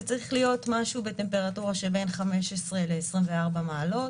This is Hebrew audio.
זה צריך להיות משהו בטמפרטורה שבין 15 ל-24 מעלות,